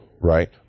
right